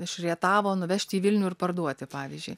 iš rietavo nuvežti į vilnių ir parduoti pavyzdžiui